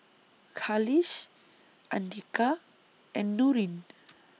Khalish Andika and Nurin